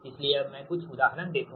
इसलिए अब मैं कुछ उदाहरण देखूँगा